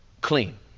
clean